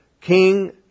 king